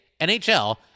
NHL